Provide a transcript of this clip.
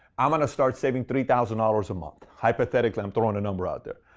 i'm going to start saving three thousand dollars a month. hypothetically, i'm throwing a number out there.